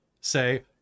say